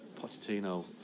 Pochettino